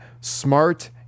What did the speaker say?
smart